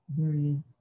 various